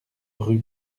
rue